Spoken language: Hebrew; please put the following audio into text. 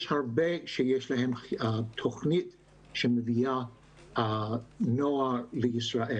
יש הרבה שיש להם תוכנית שמביאה נוער לישראל.